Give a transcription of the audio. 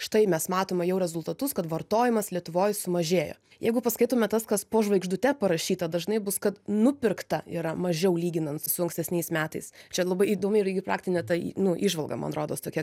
štai mes matome jau rezultatus kad vartojimas lietuvoj sumažėjo jeigu paskaitome tas kas po žvaigždute parašyta dažnai bus kad nupirkta yra mažiau lyginant su ankstesniais metais čia labai įdomi irgi praktinė ta nu įžvalga man rodos tokia